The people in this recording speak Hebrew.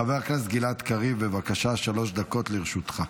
חבר הכנסת גלעד קריב, בבקשה, שלוש דקות לרשותך.